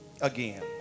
again